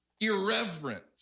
irreverent